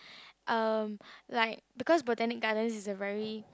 um like because Botanic Gardens is a very